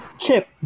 Chip